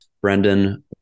Brendan